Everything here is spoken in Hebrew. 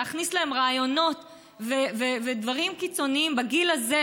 להכניס להם רעיונות ודברים קיצוניים בגיל הזה,